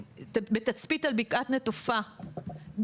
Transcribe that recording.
בתצפית על בקעת נטופה,